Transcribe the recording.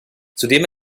zudem